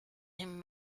him